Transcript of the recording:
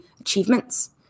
achievements